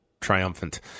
triumphant